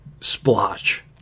splotch